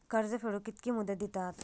कर्ज फेडूक कित्की मुदत दितात?